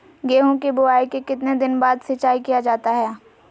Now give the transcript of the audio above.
गेंहू की बोआई के कितने दिन बाद सिंचाई किया जाता है?